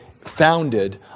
founded